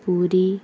Puri